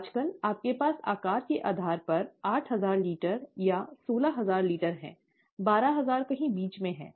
आजकल आपके पास आकार के आधार पर आठ हजार लीटर या सोलह हजार लीटर हैं बारह हजार कहीं बीच में है